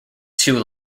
two